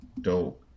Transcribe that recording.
Dope